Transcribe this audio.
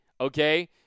okay